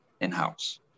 in-house